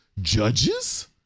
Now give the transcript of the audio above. judges